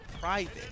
private